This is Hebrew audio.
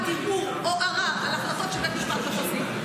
ערעור או ערר על החלטות של בית משפט מחוזי,